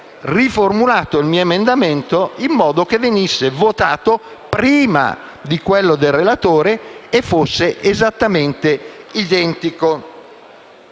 riformulato il mio emendamento in modo che venisse votato prima di quello del relatore e fosse esattamente identico.